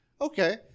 okay